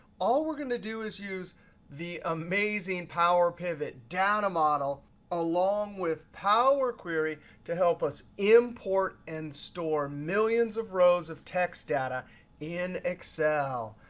all we're going to do is use the amazing power pivot data model along with power query to help us import and store millions of rows of text data in excel.